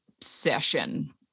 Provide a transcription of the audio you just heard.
session